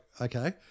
okay